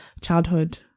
childhood